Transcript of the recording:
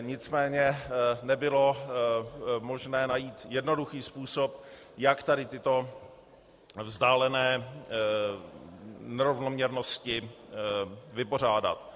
Nicméně nebylo možné najít jednoduchý způsob, jak tady tyto vzdálené nerovnoměrnosti vypořádat.